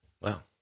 Wow